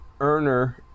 earner